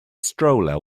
stroller